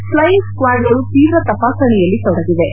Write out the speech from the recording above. flying ಸ್ಟಾಡ್ಗಳು ತೀವ್ರ ತಪಾಸಣೆಯಲ್ಲಿ ತೊಡಗಿವೆ